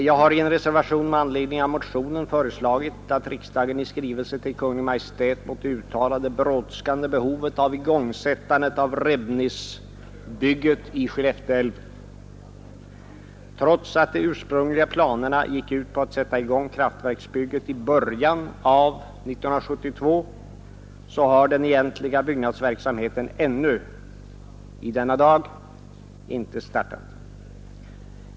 Jag har i en reservation i anledning av motionen föreslagit att riksdagen i skrivelse till Kungl. Maj:t måtte uttala det brådskande behovet av att igångsätta utbyggnaden av Rebnis kraftstation i Skellefte älv. Trots att de ursprungliga planerna gick ut på att sätta i gång kraftverksbygget i början av 1972, har den egentliga byggnadsverksamheten ännu i denna dag inte startat.